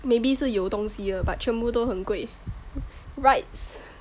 maybe 是有东西的 but 全部都很贵 rights